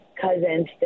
cousins